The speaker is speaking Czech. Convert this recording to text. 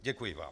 Děkuji vám.